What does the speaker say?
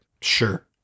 Sure